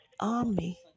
army